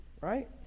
right